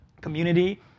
community